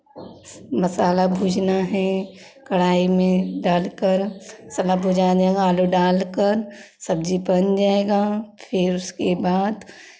मसाला भूजना है कड़ाही में डालकर सला भुजा जाएगा आलू डालकर सब्जी बन जाएगा फिर उसके बाद